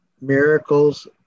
Miracles